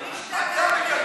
השתגעתם.